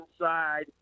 inside